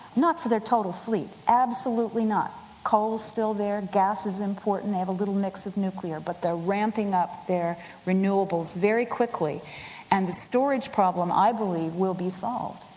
not for their total fleet, absolutely not coal's still there, gas is important and they have a little mix of nuclear, but they're ramping up their renewables very quickly and the storage problem i believe will be solved.